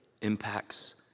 impacts